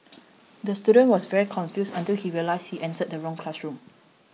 the student was very confused until he realised he entered the wrong classroom